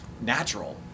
natural